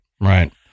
right